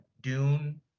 Dune